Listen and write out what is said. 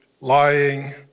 lying